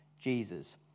Jesus